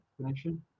connection